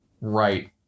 right